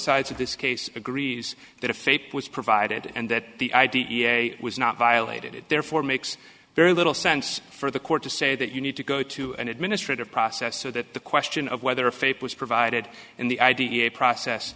sides of this case agrees that a faith was provided and that the i d e a was not violated therefore makes very little sense for the court to say that you need to go to an administrative process so that the question of whether faith was provided in the idea process